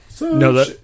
No